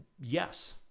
Yes